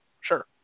Sure